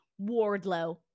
Wardlow